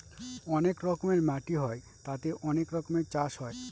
অনেক রকমের মাটি হয় তাতে অনেক রকমের চাষ হয়